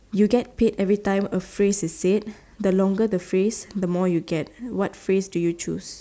you get paid every time a phrase is said the longer the phrase the more you get what phrase do you choose